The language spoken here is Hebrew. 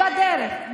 בדרך.